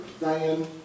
Diane